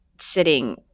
sitting